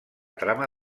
trama